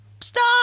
stop